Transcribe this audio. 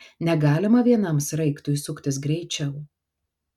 negalima vienam sraigtui suktis greičiau